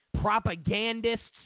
Propagandists